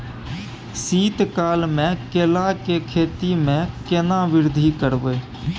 शीत काल मे केला के खेती में केना वृद्धि करबै?